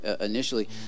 initially